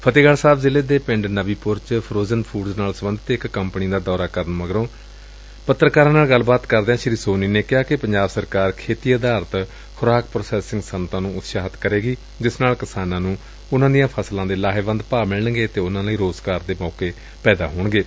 ਫਤਹਿਗੜ੍ ਸਾਹਿਬ ਜ਼ਿਲੇ ਦੇ ਪਿੰਡ ਕਾਬੀਪੁਰ ਚ ਫਰੋਜਨ ਫੁਡਜ਼ ਨਾਲ ਸਬੰਧਤ ਇਕ ਕੰਪਨੀ ਦਾ ਦੌਰਾ ਕਰਨ ਮੌਕੇ ਪੱਤਰਕਾਰਾਂ ਨਾਲ ਗੱਲਬਾਤ ਕਰਦਿਆਂ ਸ੍ਰੀ ਸੋਨੀ ਨੇ ਕਿਹਾ ਕਿ ਪੰਜਾਬ ਸਰਕਾਰ ਖੇਤੀ ਆਧਾਰਤ ਖੁਰਾਕ ਪ੍ਰਾਸੈਸਿੰਗ ਸੱਨਅਤਾ ਨੂੰ ਉਤਸ਼ਾਹਿਤ ਕਰੇਗੀ ਜਿਸ ਨਾਲ ਕਿਸਾਨਾ ਨੂੰ ਉਨ੍ਹਾ ਦੀਆ ਫਸਲਾ ਦੇ ਲਾਹੇਵੰਦ ਭਾਅ ਮਿਲਣਗੇ ਅਤੇ ਉਨੂਾ ਲਈ ਰੋਜ਼ਗਾਰ ਦੇ ਮੌਕੇ ਪੈਦਾ ਹੋਣਗੇ